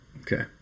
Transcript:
Okay